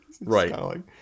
right